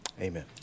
Amen